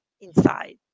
inside